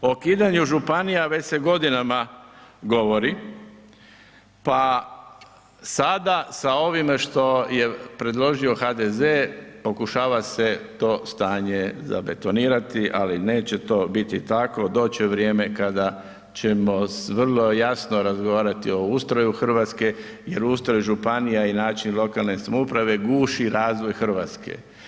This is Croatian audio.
O ukidanju županija već se godinama govori pa sada sa ovime što je predložio HDZ pokušava se to stanje zabetonirati ali neće to biti tako, doći će vrijeme kada ćemo vrlo jasno razgovarati o ustroju Hrvatske jer ustroj županija i način lokalne samouprave guši razvoj Hrvatske.